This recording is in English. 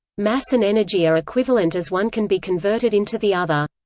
mass and energy are equivalent as one can be converted into the other.